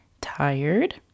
tired